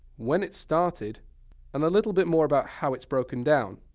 when it started and a little bit more about how it's broken down.